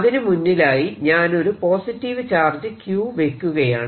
അതിനു മുന്നിലായി ഞാൻ ഒരു പോസിറ്റീവ് ചാർജ് Q വെക്കുകയാണ്